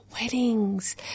weddings